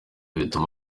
bituma